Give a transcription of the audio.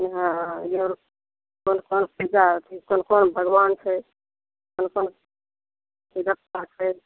हँ कोन कोन पूजा कोन कोन भगबान छै कोन कोन पूजा पाठ हय